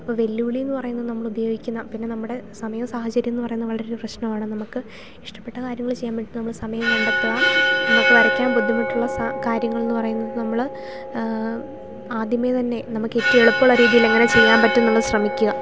ഇപ്പം വെല്ലുവിളിയെന്നു പറയുന്നത് നമ്മൾ ഉപയോഗിക്കുന്ന പിന്നെ നമ്മുടെ സമയം സാഹചര്യമെന്നു പറയുന്നത് വളരെ പ്രശ്നമാണ് നമുക്ക് ഇഷ്ടപ്പെട്ട കാര്യങ്ങൾ ചെയ്യാൻ പറ്റും നമ്മൾ സമയം കണ്ടെത്തുക നമുക്ക് വരയ്ക്കാൻ ബുദ്ധിമുട്ടുള്ള സ കാര്യങ്ങളെന്നു പറയുന്നത് നമ്മൾ ആദ്യമേ തന്നെ നമുക്കേറ്റവും എളുപ്പമുള്ള രീതിയിലങ്ങനെ ചെയ്യാൻ പറ്റുമെന്നുള്ളത് ശ്രമിക്കുക